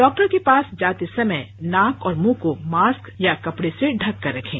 doctor के पास जाते समय नाक और मुंह को मास्क या कपड़े से ढक कर रखें